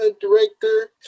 director